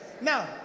Now